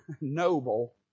noble